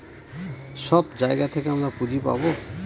সব জায়গা থেকে আমরা পুঁজি পাবো